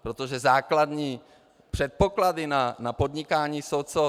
Protože základní předpoklady pro podnikání jsou co?